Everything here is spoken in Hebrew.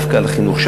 דווקא על החינוך,